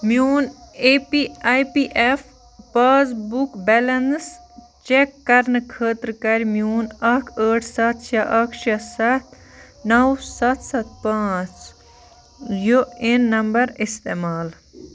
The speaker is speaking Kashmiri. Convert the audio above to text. میٚون A P I P F passbook balance check کَرنہٕ خٲطرٕ کَر میٛون اَکھ ٲٹھ سَتھ شےٚ اَکھ شےٚ سَتھ نَو سَتھ سَتھ پانٛژ یوٗ اےٚ این نمبر اِستعمال